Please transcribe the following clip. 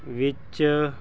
ਵਿੱਚ